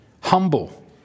humble